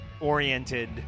oriented